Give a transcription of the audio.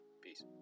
Peace